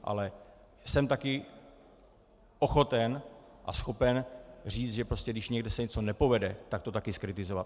Ale jsem taky ochoten a schopen říct, že prostě když někde se něco nepovede, tak to taky zkritizovat.